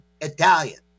Italian